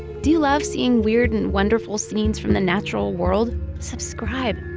do you love seeing weird and wonderful scenes from the natural world? subscribe!